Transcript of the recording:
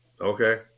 Okay